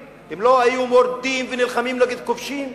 הם לא היו מורדים ונלחמים נגד כובשים?